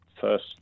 first